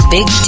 Big